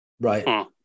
Right